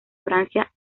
francia